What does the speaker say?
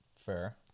fair